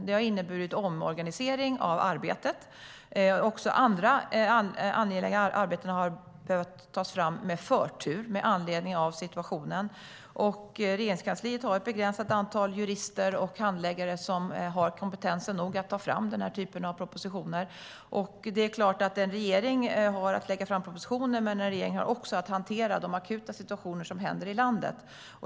Det har inneburit en omorganisering av arbetet, och också andra angelägna arbeten har behövt tas fram med förtur med anledning av situationen. Regeringskansliet har ett begränsat antal jurister och handläggare som har kompetens nog att ta fram den här typen av propositioner. Det är klart att en regering har att lägga fram propositioner, men en regering har också att hantera de akuta situationer som händer i landet.